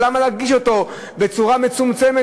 אבל למה להגיש אותו בצורה מצומצמת,